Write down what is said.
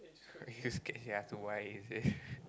you scared she ask why is it